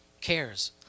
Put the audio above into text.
cares